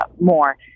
more